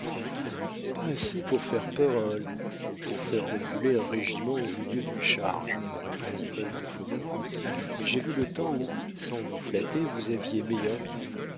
pas assez pour faire peur à un loup ou pour faire reculer un régiment au milieu d'une charge répondit œil de faucon mais j'ai vu le temps où sans vous flatter vous aviez meilleure mine